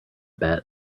bet